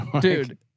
dude